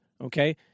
Okay